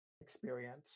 experience